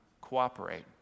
cooperate